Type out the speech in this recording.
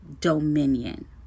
dominion